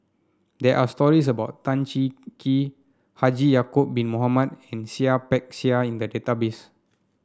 there are stories about Tan Cheng Kee Haji Ya'acob Bin Mohamed and Seah Peck Seah in the database